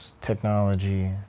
technology